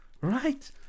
Right